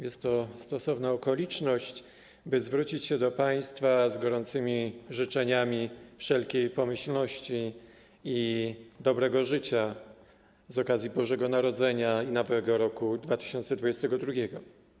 Jest to stosowna okoliczność, by zwrócić się do państwa z gorącymi życzeniami wszelkiej pomyślności i dobrego życia z okazji Bożego Narodzenia i nowego roku 2022.